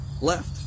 left